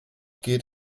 geht